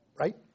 Right